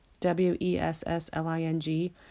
W-E-S-S-L-I-N-G